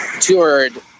toured